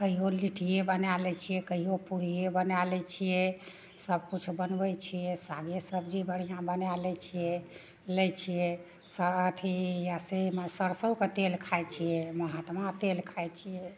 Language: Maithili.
कहियो लिट्टिये बनाय लै छियै कहियो पुड़िये बनाय लै छियै सबकिछु बनबय छियै सागे सब्जी बढ़िआँ बनाय लै छियै लै छियै तऽ अथी अइसेमे सरिसोके तेल खाइ छियै महात्मा तेल खाइ छियै